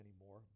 anymore